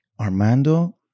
Armando